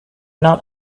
not